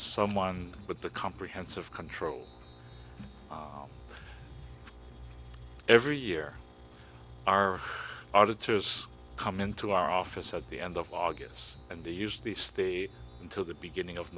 someone with a comprehensive control every year our auditors come into our office at the end of august and they use the stay until the beginning of